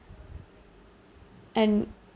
and